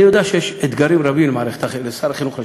אני יודע שיש אתגרים רבים, שר החינוך לשעבר,